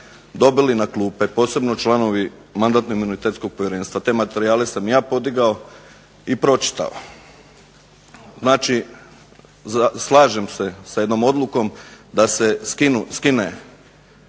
dobili na klupe posebno članovi Mandatno-imunitetskog povjerenstva. Te materijale sam ja podigao i pročitao. Znači, slažem se sa jednom odlukom da se skine